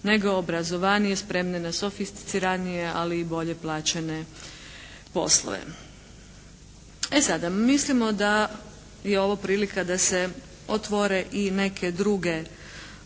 nego obrazovanije, spremne na sofisticiranije ali i bolje plaćene poslove. E, sada. Mislimo da je ovo prilika da se otvore i neke druge teme.